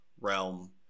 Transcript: realm